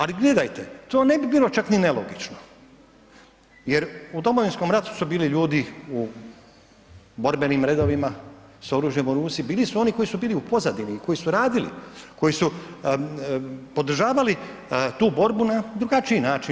Ali gledajte, to ne bi bilo čak ni nelogično jer u Domovinskom ratu su bili ljudi u borbenim redovima s oružjem u ruci, bili su oni koji su bili u pozadini koji su radili, koji su podržavali tu borbu na drugačiji način.